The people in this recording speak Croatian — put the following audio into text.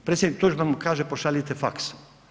Predsjednik Tuđman mu kaže pošaljite faks.